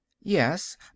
Yes